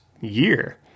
year